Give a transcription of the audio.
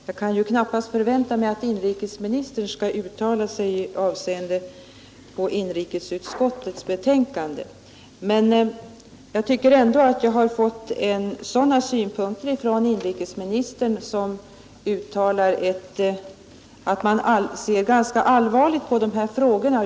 Jag kan ju knappast vänta mig att inrikesministern skall uttala sig om inrikesutskottets betänkande, men jag tycker ändå att jag av statsrådet har fått en försäkran om att man ser ganska allvarligt på dessa frågor.